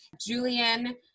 Julian